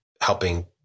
helping